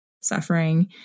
suffering